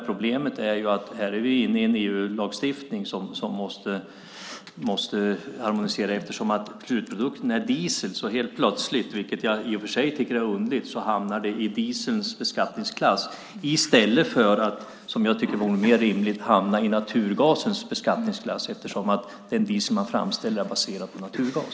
Problemet är att vi är inne i en EU-lagstiftning som måste harmonisera. Eftersom slutprodukten är diesel hamnar det i dieselns beskattningsklass i stället för att, vilket vore mer rimligt, hamna i naturgasens beskattningsklass då den diesel man framställer är baserad på naturgas.